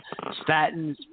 Statins